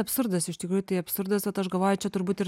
absurdas iš tikrųjų tai absurdas vat aš galvoju čia turbūt ir